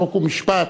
חוק ומשפט